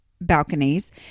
balconies